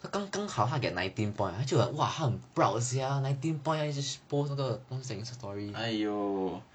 !aiyo!